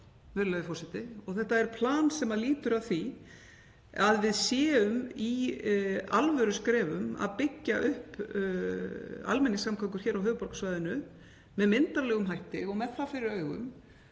og þetta er plan sem lýtur að því að við séum í alvöruskrefum að byggja upp almenningssamgöngur á höfuðborgarsvæðinu með myndarlegum hætti og með það fyrir augum